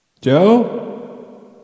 Joe